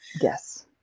Yes